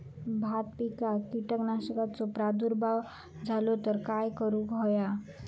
भात पिकांक कीटकांचो प्रादुर्भाव झालो तर काय करूक होया?